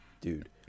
dude